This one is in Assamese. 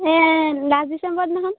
এই লাষ্ট ডিচেম্বৰৰ দিনাখন